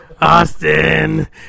Austin